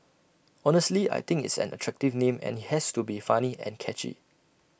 honestly I think it's an attractive name and IT has to be funny and catchy